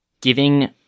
giving